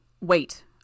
Wait